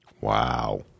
Wow